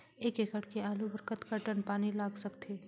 एक एकड़ के आलू बर कतका टन पानी लाग सकथे?